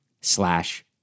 slash